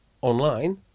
online